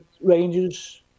Rangers